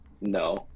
No